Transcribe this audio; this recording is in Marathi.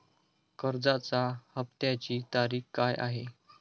कर्जाचा हफ्त्याची तारीख काय आहे?